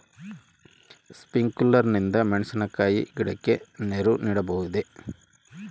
Sprinkler ನಿಂದ ಮೆಣಸಿನಕಾಯಿ ಗಿಡಕ್ಕೆ ನೇರು ಬಿಡಬಹುದೆ?